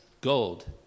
gold